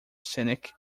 scenic